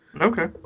Okay